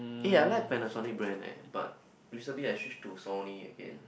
eh I like Panasonic brand eh but recently I switch to Sony again